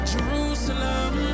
Jerusalem